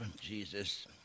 Jesus